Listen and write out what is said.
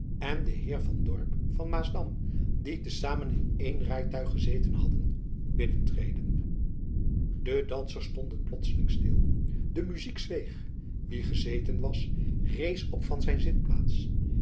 en den heer van dorp van maasdam die te samen in één rijtuig gezeten hadden binnen treden de dansers stonden plotslings stil de muzyk zweeg wie gezeten was rees op van zijn zitplaats